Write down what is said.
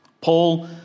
Paul